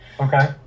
Okay